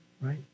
Right